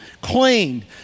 cleaned